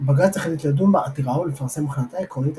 בג"ץ החליט לדון בעתירה ולפרסם החלטה עקרונית,